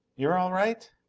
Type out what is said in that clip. you're all right?